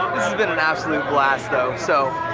has been an absolute blast, though. so,